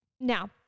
Now